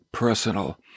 Personal